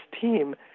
team